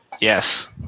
Yes